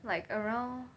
like around